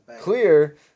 clear